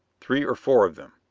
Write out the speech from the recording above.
three or four of them.